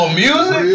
music